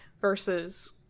versus